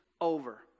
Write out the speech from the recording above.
over